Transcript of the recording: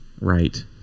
right